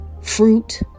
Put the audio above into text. fruit